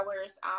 hours